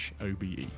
OBE